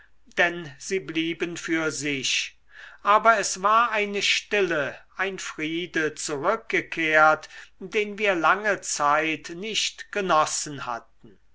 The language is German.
denn sie blieben für sich aber es war eine stille ein friede zurückgekehrt den wir lange zeit nicht genossen hatten